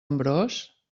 ambròs